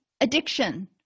Addiction